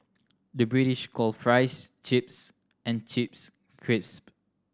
the British calls fries chips and chips crisp